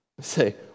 Say